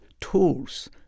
tools